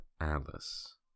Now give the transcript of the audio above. Alice